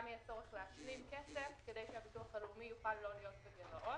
יהיה צורך להשלים כסף כדי שהביטוח הלאומי לא יהיה בגירעון.